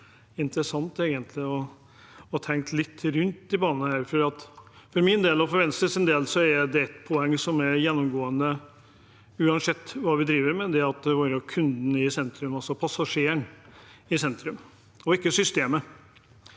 vært interessant å tenke litt rundt de banene der. For min del, og for Venstres del, er det et poeng som er gjennomgående, uansett hva vi driver med, nemlig at kunden må være i sentrum – altså passasjeren i sentrum, ikke systemet.